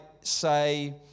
say